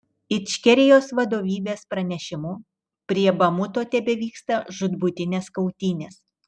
ičkerijos vadovybės pranešimu prie bamuto tebevyksta žūtbūtinės kautynės